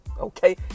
Okay